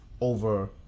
over